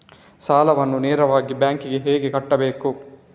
ಸಾಲವನ್ನು ನೇರವಾಗಿ ಬ್ಯಾಂಕ್ ಗೆ ಹೇಗೆ ಕಟ್ಟಬೇಕು?